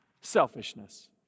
Selfishness